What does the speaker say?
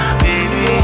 baby